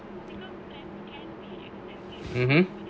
mmhmm